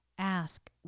Ask